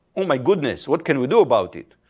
oh my goodness, what can we do about it?